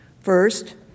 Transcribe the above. First